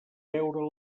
veure